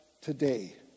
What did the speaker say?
today